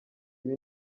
ibi